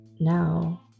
now